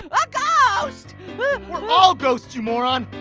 a ghost! we're all ghosts, you moron.